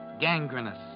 Gangrenous